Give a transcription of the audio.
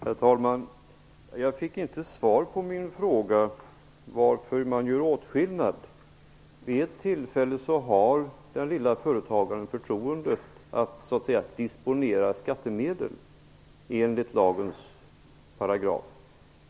Herr talman! Jag fick inte svar på min fråga om varför man gör åtskillnad. Vid ett visst tillfälle har den lilla företagaren förtroendet att så att säga disponera skattemedel enligt lagens paragraf.